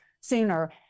sooner